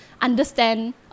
understand